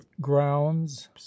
grounds